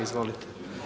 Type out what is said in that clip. Izvolite.